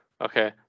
okay